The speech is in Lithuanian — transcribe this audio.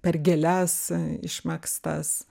per gėles išmegztas